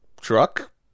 truck